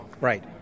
Right